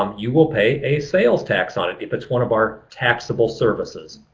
um you will pay a sales tax on it if it's one of our taxable services.